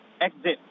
exit